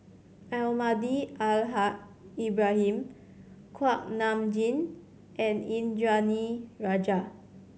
Almahdi Al Haj Ibrahim Kuak Nam Jin and Indranee Rajah